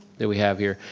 that we have here?